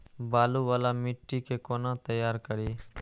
बालू वाला मिट्टी के कोना तैयार करी?